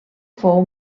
fou